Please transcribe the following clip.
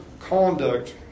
conduct